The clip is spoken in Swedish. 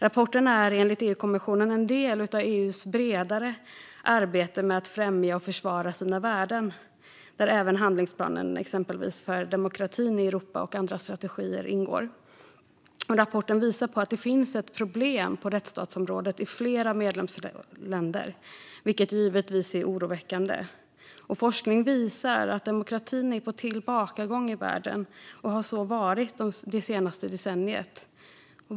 Rapporten är enligt EU-kommissionen en del av EU:s bredare arbete med att främja och försvara sina värden, där även handlingsplanen för demokrati i Europa och andra strategier ingår. Rapporten visar att det finns problem på rättsstatsområdet i flera medlemsländer, vilket givetvis är oroväckande. Forskning visar att demokratin är på tillbakagång i världen och har så varit det senaste decenniet.